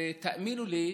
תאמינו לי,